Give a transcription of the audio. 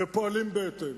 ופועלים בהתאם.